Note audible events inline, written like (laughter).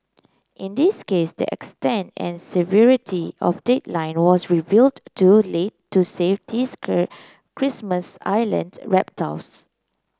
in this case the extent and severity of decline was revealed too late to save these (unintelligible) Christmas Island reptiles